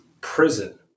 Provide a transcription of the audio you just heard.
prison